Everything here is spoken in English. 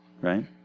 right